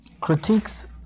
critiques